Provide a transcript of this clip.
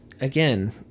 again